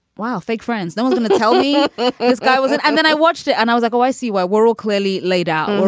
wow. fake friends. no one's gonna tell me this guy was it. and then i watched it and i was like, oh, i see why world clearly laid out. and